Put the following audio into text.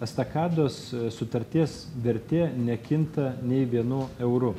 estakados sutarties vertė nekinta nei vienu euru